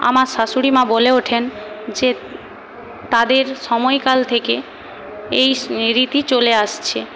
আমার শাশুড়িমা বলে ওঠেন যে তাদের সময়কাল থেকে এই স রীতি চলে আসছে